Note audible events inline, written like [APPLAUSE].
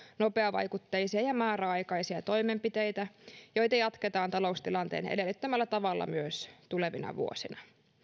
nopeavaikutteisia ja määräaikaisia toimenpiteitä joita jatketaan taloustilanteen edellyttämällä tavalla myös [UNINTELLIGIBLE] tulevina vuosina